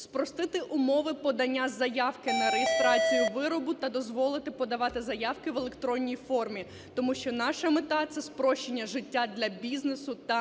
спростити умови подання заявки на реєстрацію виробу та дозволити подавати заявки в електронній формі, тому що наша мета – це спрощення життя для бізнесу та